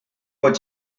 what